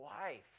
life